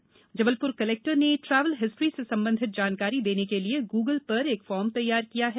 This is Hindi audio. वहीं जबलपुर कलेक्टर ने ट्रैवल हिस्ट्री से संबंधित जानकारी देने के लिए गूगल पर एक फॉर्म तैयार किया है